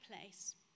place